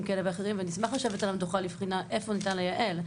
כאלה ואחרים ונשמח לשבת על המדוכה לבחינה איפה ניתן לייעל.